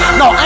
no